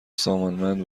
سامانمند